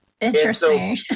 Interesting